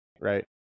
Right